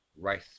Rice